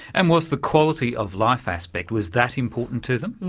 and was the quality of life aspect, was that important to them?